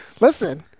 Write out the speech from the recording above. Listen